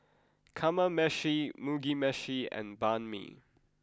Kamameshi Mugi meshi and Banh Mi